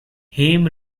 haim